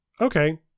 okay